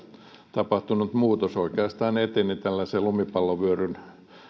tapahtunut muutos oikeastaan eteni tällaisen lumipallovyöryn